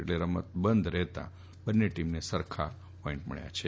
એટલે રમત બંધ રહેતા બંને ટીમને સરખા પોઈન્ટ મબ્યા છે